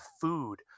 food